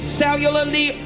cellularly